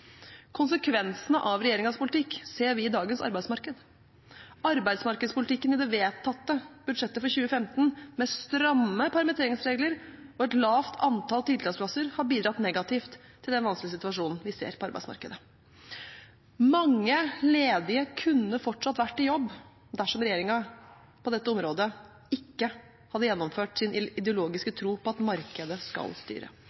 Konsekvensene av regjeringens politikk ser vi i dagens arbeidsmarked. Arbeidsmarkedspolitikken i det vedtatte budsjettet for 2015, med stramme permitteringsregler og et lavt antall tiltaksplasser, har bidratt negativt til den vanskelige situasjonen vi ser på arbeidsmarkedet. Mange ledige kunne fortsatt ha vært i jobb dersom regjeringen på dette området ikke hadde gjennomført sin ideologiske tro på at markedet skal styre.